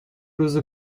روز